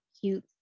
cute